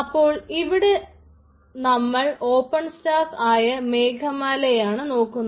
അപ്പോൾ നമ്മൾ ഇവിടെ ഓപ്പൺ സ്റ്റാക്ക് ആയ മേഘമാലയെയാണ് നോക്കുന്നത്